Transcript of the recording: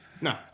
No